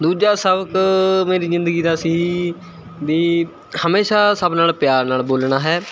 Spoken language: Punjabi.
ਦੂਜਾ ਸਬਕ ਮੇਰੀ ਜ਼ਿੰਦਗੀ ਦਾ ਸੀ ਵੀ ਹਮੇਸ਼ਾ ਸਭ ਨਾਲ਼ ਪਿਆਰ ਨਾਲ਼ ਬੋਲਣਾ ਹੈ